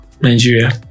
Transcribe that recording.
nigeria